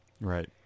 Right